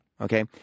Okay